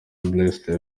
blessed